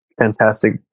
fantastic